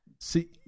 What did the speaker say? See